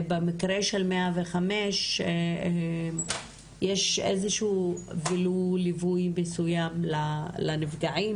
במקרה של 105 יש איזה שהוא ליווי מסוים לנפגעים,